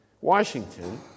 Washington